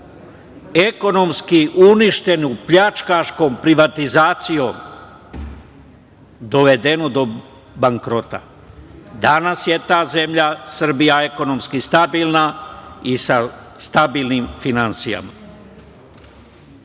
ekonomski uništenu pljačkaškom privatizacijom, dovedeno do bankrota. Danas je ta zemlja, Srbija ekonomski stabilna i stabilnim finansijama.